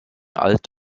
alt